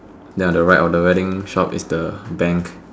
then on the right of the wedding shop is the bank